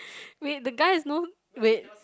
wait the guy has no wait